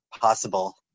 possible